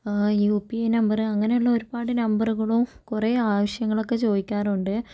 U P A number അങ്ങനെയുള്ള ഒരുപാട് നമ്പറുകളും കുറേ ആവശ്യങ്ങളൊക്കെ ചോദിക്കാറുണ്ട്